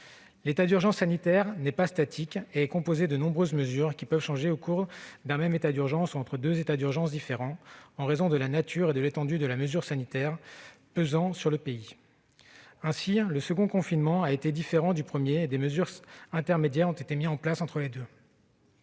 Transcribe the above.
L'état d'urgence sanitaire n'est pas statique : il peut s'accompagner de nombreuses mesures, susceptibles de changer au cours d'une même période d'urgence ou entre deux états d'urgence successifs, en fonction de la nature et de l'étendue de la menace sanitaire pesant sur le pays. Ainsi, le second confinement a été différent du premier, et des mesures intermédiaires ont été mises en place entre les deux.